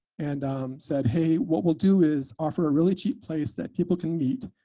and said, hey, what we'll do is offer a really cheap place that people can meet,